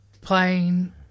playing